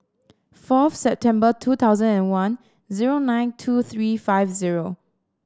fourth September two thousand and one zero nine two three five zero